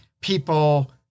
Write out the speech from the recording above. people